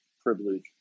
privilege